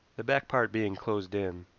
the back part being closed in.